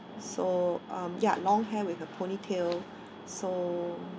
so um ya long hair with a ponytail so